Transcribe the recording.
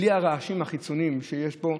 בלי הרעשים החיצוניים שיש פה,